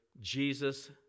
Jesus